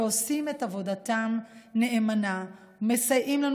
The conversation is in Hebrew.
שעושים את עבודתם נאמנה ומסייעים לנו